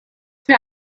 für